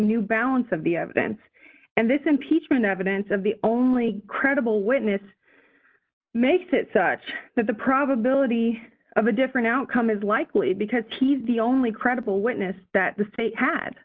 new balance of the evidence and this impeachment evidence of the only credible witness makes it such that the probability of a different outcome is likely because he's the only credible witness that the